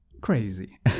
crazy